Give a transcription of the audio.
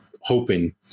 hoping